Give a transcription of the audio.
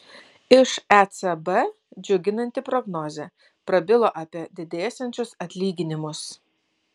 iš ecb džiuginanti prognozė prabilo apie didėsiančius atlyginimus